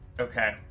Okay